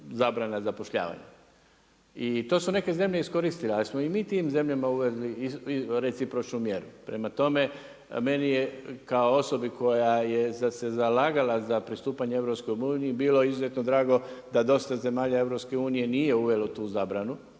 zabrana zapošljavanja. I to su neke zemlje iskoristili, a jesmo i mi u tim zemljama …/Govornik se ne razumije./… recipročnu mjeru. Prema tome, meni je kao osobi koja se zalagala za pristupanje EU, bilo izuzetno drago, da dosta zemalja EU nije uvelo tu zabranu,